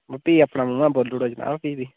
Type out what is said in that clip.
फ्ही अपने मुहां बोली उड़ो जनाब फ्ही बी